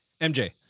mj